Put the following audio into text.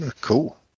Cool